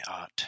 art